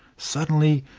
suddenly,